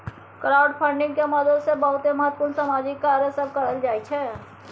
crowdfunding के मदद से बहुते महत्वपूर्ण सामाजिक कार्य सब करल जाइ छइ